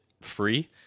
free